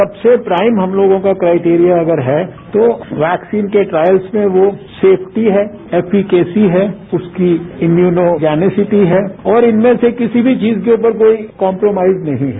सबसे प्राइम हम लोगों का क्राईटीरियाअगर है तो वैक्सीन के ट्रायल्स में वो सेफ्टी है ऐपीकेसी है उसकी इम्यूनो वैनेसिटी है और इनमें से किसी भी चीज के उपर कोई कॉम्प्रोमाइज नहीं है